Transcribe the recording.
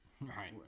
Right